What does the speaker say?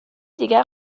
دیگر